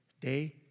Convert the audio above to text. day